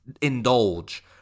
indulge